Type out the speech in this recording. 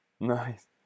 Nice